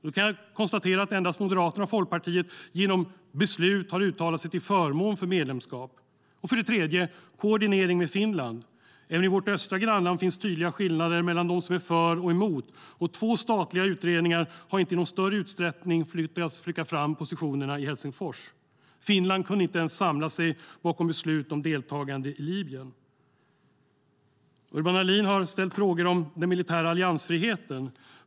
Jag kan konstatera att endast Moderaterna och Folkpartiet genom beslut har uttalat sig till förmån för medlemskap. För det tredje handlar det om koordinering med Finland. Även i vårt östra grannland finns det tydliga skillnader mellan dem som är för och dem som är emot. Två statliga utredningar har inte i någon större utsträckning flyttat fram positionerna i Helsingfors. Finland kunde inte ens samla sig bakom beslut om deltagande i Libyen. Urban Ahlin har ställt frågor om den militära alliansfriheten.